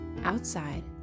Outside